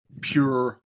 pure